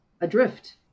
adrift